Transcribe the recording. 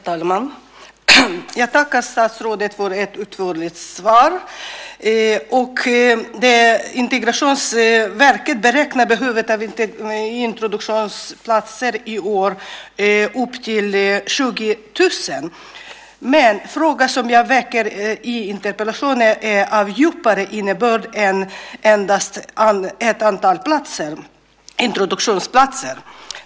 Herr talman! Jag tackar statsrådet för ett utförligt svar. Integrationsverket beräknar behovet av introduktionsplatser i år till 20 000. Men frågan som jag väcker i interpellationen är av djupare innebörd än så och handlar inte endast om ett antal introduktionsplatser.